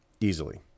Easily